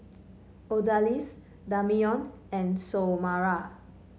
Odalys Damion and Xiomara